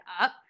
up